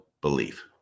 belief